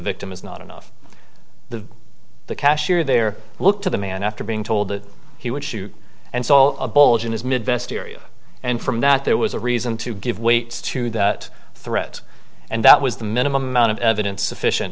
victim is not enough the the cashier there look to the man after being told that he would shoot and so a bulge in his mid vest area and from that there was a reason to give weight to that threat and that was the minimum amount of evidence sufficient